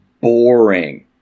boring